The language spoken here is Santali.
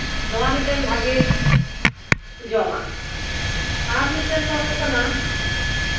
ᱱᱚᱣᱟ ᱢᱤᱫᱴᱮᱱ ᱵᱷᱟᱹᱜᱤ ᱡᱚᱢᱟᱜ ᱟᱨ ᱢᱤᱫᱴᱮᱱ ᱫᱚ ᱦᱩᱭᱩᱜᱼᱟ